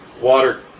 water